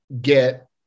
get